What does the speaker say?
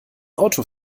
auto